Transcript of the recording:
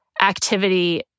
activity